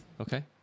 Okay